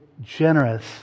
generous